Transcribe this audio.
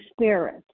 spirit